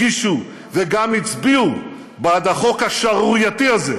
הגישו וגם הצביעו בעד החוק השערורייתי הזה,